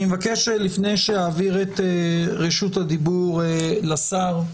אני מבקש לפני שאעביר את רשות הדיבור לשר,